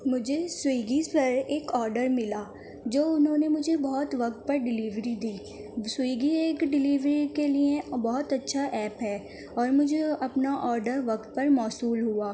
مجھے سویگی پر ایک آرڈر ملا جو اُنہوں نے مجھے بہت وقت پر ڈلیوری دی سویگی ایک ڈلیوری کے لیے بہت اچھا ایپ ہے اور مجھے اپنا آرڈر وقت پر موصول ہُوا